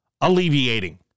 Alleviating